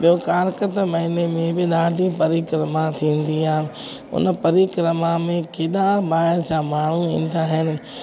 ॿियो कार्तिकु महीने में बि ॾाढी परिक्रमा थींदी आहे हुन परीक्रमा में केॾा ॿाहिरि जा माण्हू ईंदा आहिनि